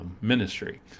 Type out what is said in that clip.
ministry